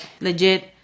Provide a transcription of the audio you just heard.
legit